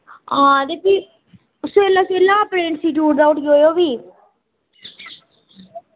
हां ते फ्ही सबेल्ला सबेल्ला अपने इंस्टिटयूट दा उठी आयो फ्ही